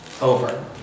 over